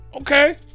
Okay